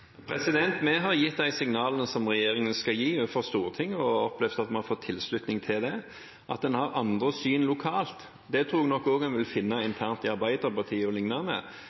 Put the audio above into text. Vi har gitt de signalene som regjeringen skal gi til Stortinget og opplevd at vi har fått tilslutning til dem. At en har andre syn lokalt, tror jeg nok også en vil finne internt i Arbeiderpartiet